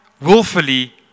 willfully